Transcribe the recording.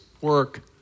work